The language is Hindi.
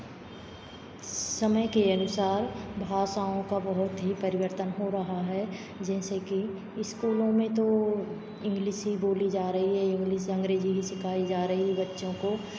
समय के अनुसार भाषाओं का बहुत ही परिवर्तन हो रहा है जैसे कि स्कूलों में तो इंग्लिश ही बोली जा रही है इंग्लिश अंग्रेजी ही सिखाई जा रही है बच्चों को